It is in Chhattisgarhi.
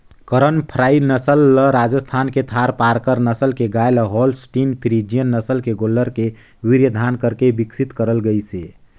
करन फ्राई नसल ल राजस्थान के थारपारकर नसल के गाय ल होल्सटीन फ्रीजियन नसल के गोल्लर के वीर्यधान करके बिकसित करल गईसे